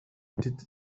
dit